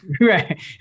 Right